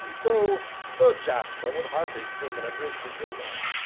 though sir jasper would hardly seem in a drinking humor,